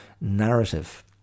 narrative